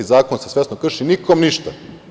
Zakon se svesno krši i nikom ništa.